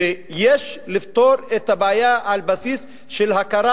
שיש לפתור את הבעיה על בסיס של הכרה,